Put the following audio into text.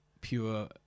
pure